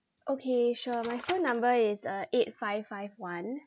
okay sure my phone number is uh eight five five one